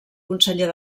conseller